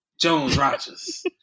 Jones-Rogers